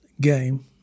game